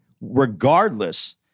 regardless